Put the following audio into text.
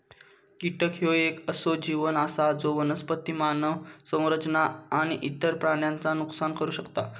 कीटक ह्यो येक असो जीव आसा जो वनस्पती, मानव संरचना आणि इतर प्राण्यांचा नुकसान करू शकता